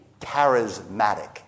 charismatic